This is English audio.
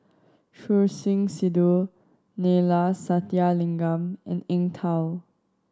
Choor Singh Sidhu Neila Sathyalingam and Eng Tow